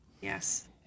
Yes